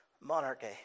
monarchy